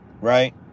right